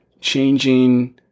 changing